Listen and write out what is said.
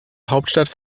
hauptstadt